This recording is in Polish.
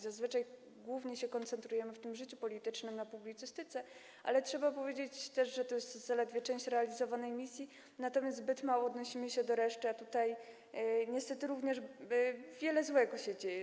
Zazwyczaj głównie koncentrujemy się w życiu politycznym na publicystyce, choć, trzeba to powiedzieć, to jest zaledwie część realizowanej misji, natomiast zbyt rzadko odnosimy się do reszty, a tutaj niestety również wiele złego się dzieje.